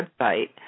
website